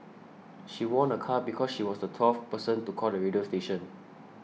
she won a car because she was the twelfth person to call the radio station